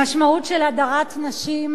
המשמעות של הדרת נשים,